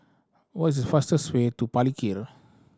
what is the fastest way to Palikir